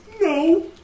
No